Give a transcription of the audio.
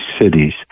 cities